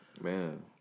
Man